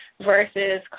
versus